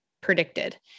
predicted